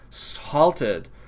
halted